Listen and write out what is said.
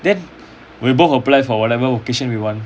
then we both applied for whatever vocation we want